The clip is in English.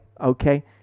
Okay